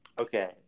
okay